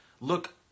look